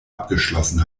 abgeschlossen